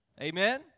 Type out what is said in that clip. amen